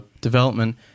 development